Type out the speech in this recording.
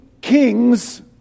kings